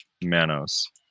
Manos